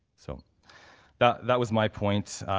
so that that was my point.